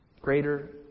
Greater